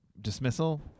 dismissal